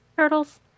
Turtles